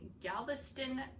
Galveston